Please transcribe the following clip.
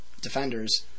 defenders